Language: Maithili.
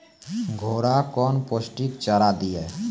घोड़ा कौन पोस्टिक चारा दिए?